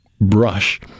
brush